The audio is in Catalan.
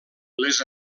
les